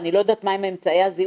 אני לא יודעת מה הם אמצעי הזיהוי,